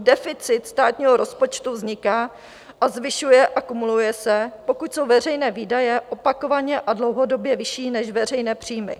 Deficit státního rozpočtu vzniká a zvyšuje a kumuluje se, pokud jsou veřejné výdaje opakovaně a dlouhodobě vyšší než veřejné příjmy.